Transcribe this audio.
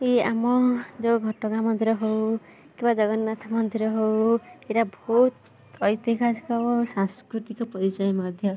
କି ଆମ ଯେଉଁ ଘଟଗାଁ ମନ୍ଦିର ହଉ କିବା ଜଗନ୍ନାଥ ମନ୍ଦିର ହଉ ଏଇଟା ବହୁତ ଐତିହାସିକ ଓ ସାଂସ୍କୃତିକ ପରିଚୟ ମଧ୍ୟ